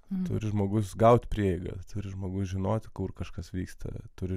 turi žmogus gaut prieigą turi žmogus žinoti kur kažkas vyksta turi